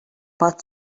pot